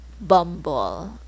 bumble